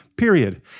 Period